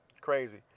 Crazy